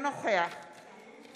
אינה משתתפת בהצבעה עופר כסיף,